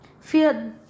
fear